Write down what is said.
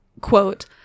Quote